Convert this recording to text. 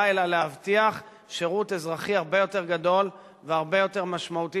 אלא להבטיח שירות אזרחי הרבה יותר גדול והרבה יותר משמעותי,